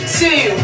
two